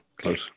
close